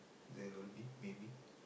there will be maybe